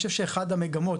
אני חושב שאחת המגמות,